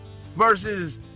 versus